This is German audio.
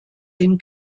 den